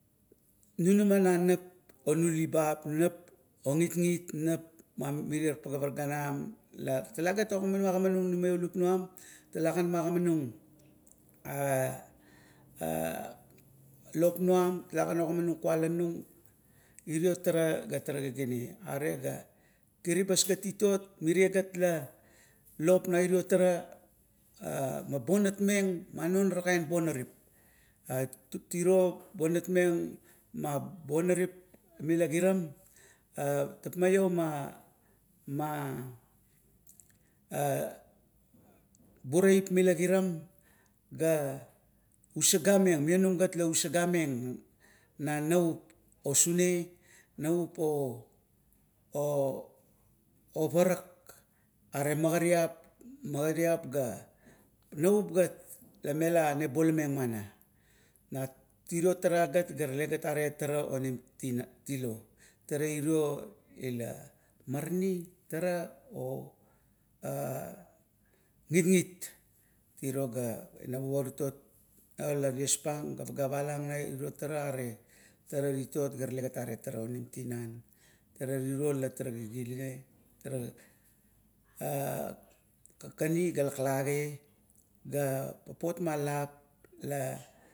Nunama na nap o nulibap, nap o gitgit, nap mamirie pageap ganam, la talagat maguanung numeulup nuam, talagan magimanung, a, a lop nuam, talagan ogimanung kualanung, irio tara ga tarea giginea, are ga kiribas gat titot eregat, lopo na irio tara a meregat, lop na irio tara a ba bonat meng, ma nonara kaen bonarip. Aret tiro bonat meng ma bonarip mila giram, a tapmaio ma, ma, a buraip mila kiram ga usagameng malonama la usagameng na navup, osune navup o, o ovarak, are magariap, magariap ga navup gat la mela nebolameng mana. Na iro tara gat la tale are tara onim tinan, tilo, tara irie la marani. tara o, agitgit tiro ga ina muvo titot la ties pang ga pageap palang irio tara, are tara titot ga talegat are tara onim tinam. E tara tiro la tara giginea, kakani ga laklagi ga papot ma lap la